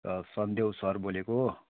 Sandev sir बोलेको